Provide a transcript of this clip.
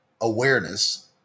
awareness